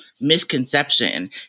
misconception